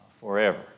forever